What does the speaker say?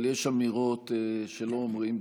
אבל יש אמירות שלא אומרים,